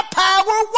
power